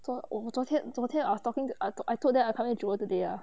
昨我们昨天昨天 I was talking to unc~ I told them I coming to jewel today ah